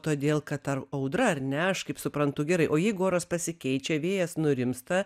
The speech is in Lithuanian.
todėl kad ar audra ar ne aš kaip suprantu gerai o jeigu oras pasikeičia vėjas nurimsta